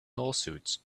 lawsuits